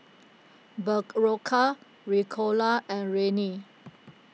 Berocca Ricola and Rene